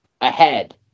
ahead